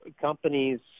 companies